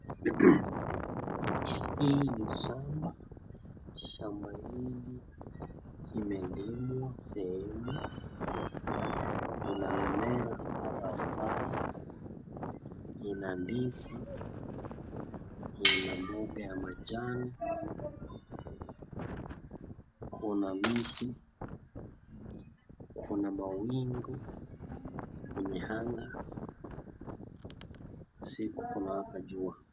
hii ni shamba ,shamba hili imelimwa sehemu, ina mimea kadha wa kadha, ina ndizi, ina mboga yamejaa, kuna miti, kuna mawingu kwenye anga, kuna jua.